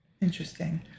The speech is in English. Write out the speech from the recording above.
Interesting